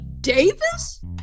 Davis